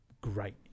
great